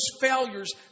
failures